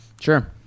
Sure